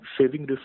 saving